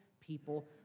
people